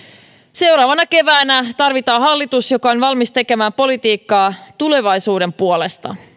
seuraavana keväänä tarvitaan hallitus joka on valmis tekemään politiikkaa tulevaisuuden puolesta